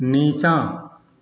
निचाँ